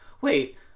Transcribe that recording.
wait